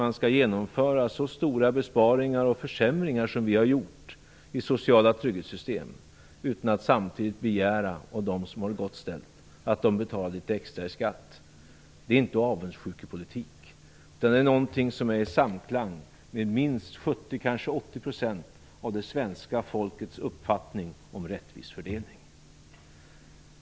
Att genomföra så stora besparingar och försämringar som vi har genomfört i det sociala trygghetssystemet utan att samtidigt begära att de som har det gott ställt skall betala litet extra i skatt är inte avundsjukepolitik, utan det är någonting som är i samklang med uppfattningen om rättvis fördelning hos minst 70-80 % av svenska folket.